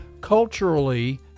culturally